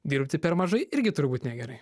dirbti per mažai irgi turi būt negerai